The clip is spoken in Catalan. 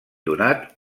donat